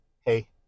hey